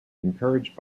encouraged